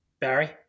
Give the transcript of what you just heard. Barry